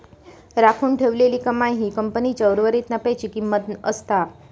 राखून ठेवलेली कमाई ही कंपनीच्या उर्वरीत नफ्याची किंमत असता